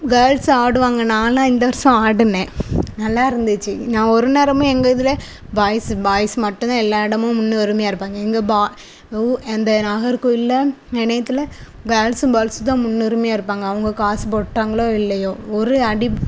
girls ஆடுவாங்க நான்லாம் இந்த வருஷம் ஆடினேன் நல்லாயிருந்துச்சு நான் ஒரு நேரமுமே எங்கள் இதில் பாய்ஸ் பாய்ஸ் மட்டுந்தான் எல்லா இடமும் முன்னுரிமையா இருப்பாங்க எங்கள் பாய் ஊ அந்த நாகர் கோவில்ல இணையத்தில் கேர்ள்ஸும் பாய்ஸும் தான் முன்னுரிமையா இருப்பாங்க அவங்க காசு போட்டாங்களோ இல்லையோ ஒரு அடி